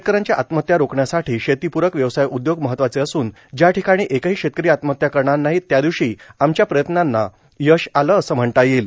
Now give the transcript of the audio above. शेतक यांच्या आत्महत्या रोखण्यासाठी शेतीपूरक व्यवसाय उद्योग महत्वाचे असून ज्या दिवशी एकही शेतकरी आत्महत्या करणार नाही त्यादिवशी आमच्या प्रयत्नांना यश आले असे म्हणता येईल